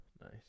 Nice